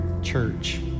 church